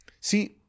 See